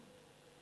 מה,